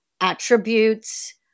attributes